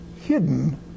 hidden